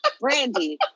Brandy